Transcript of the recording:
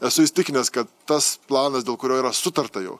esu įsitikinęs kad tas planas dėl kurio yra sutarta jau